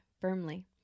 firmly